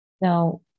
now